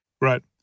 Right